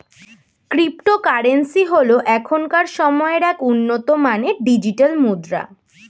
cryptocurrency হল এখনকার সময়ের এক উন্নত মানের ডিজিটাল মুদ্রা